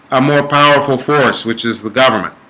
a more powerful force which is the government?